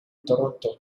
toronto